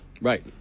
Right